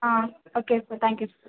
okay sir thank you sir